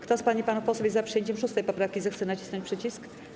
Kto z pań i panów posłów jest za przyjęciem 6. poprawki, zechce nacisnąć przycisk.